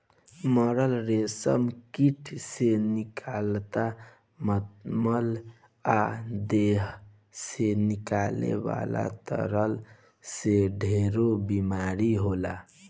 मरल रेशम कीट से निकलत मल आ देह से निकले वाला तरल से ढेरे बीमारी होला